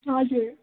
हजुर